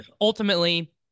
ultimately